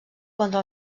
contra